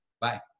Bye